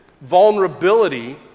vulnerability